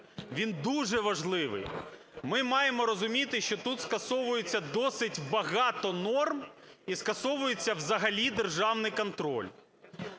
Він дуже важливий. Ми маємо розуміти, що тут скасовується досить багато норм і скасовується взагалі державний контроль.